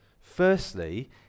Firstly